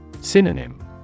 Synonym